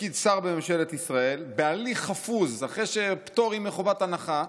לתפקיד שר בממשלת ישראל בהליך חפוז אחרי פטורים מחובת הנחה,